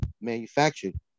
manufactured